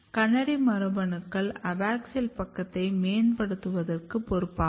KANADI மரபணுக்கள் abaxial பக்கத்தை மேம்படுத்துவதற்கு பொறுப்பாகும்